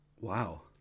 Wow